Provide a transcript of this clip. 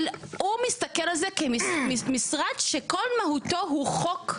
הוא מסתכל על זה כמשרד שכל מהותו הוא חוק,